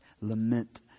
Lament